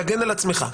תגן על עצמך.